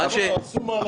הוא אמר שהם עשו מהלכים.